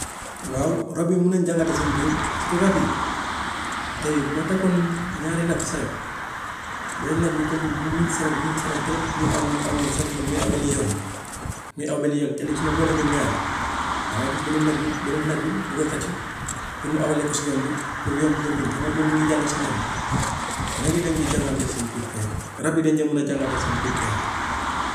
Waaw rab bi mën nañu jàngante seen biir parce que rab yi tey ma takkoon ñaari nag sareet beneen nag bi comme mu miin sareet miin sareet trop muy aw nii aw nii chaque jour muy aw benn yoon muy aw benn yoon te léegi su ma boolee ñoom ñaar dangay gis benn nag bi beneen nag bi di ko xëcc pour mu awale ko si yoon bi pour yoon bi ko miin xam nga boobu mi ngi jàng si moom. Nag yi dañu di jàngante seen biir kay rab yi dañ dee mën di jàngante seen biir kay.